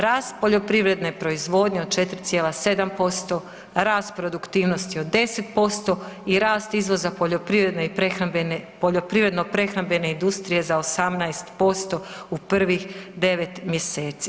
Rast poljoprivredne proizvodnje od 4,75, rast produktivnosti od 10% i rast izvoza poljoprivredne i prehrambene, poljoprivredno-prehrambene industrije za 18% u prvih 9 mjeseci.